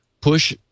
push